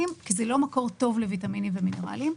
כי זה לא מקור טוב לוויטמינים ומינרלים.